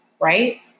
right